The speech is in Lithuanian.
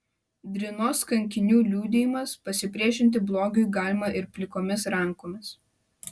drinos kankinių liudijimas pasipriešinti blogiui galima ir plikomis rankomis